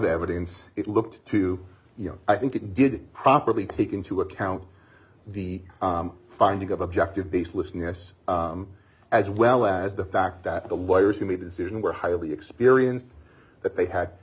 of evidence it looked to you i think it did properly take into account the finding of objective based listening us as well as the fact that the lawyers who made the decision were highly experienced that they had